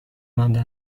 مانده